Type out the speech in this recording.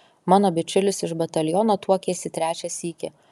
mano bičiulis iš bataliono tuokėsi trečią sykį